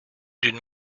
d’une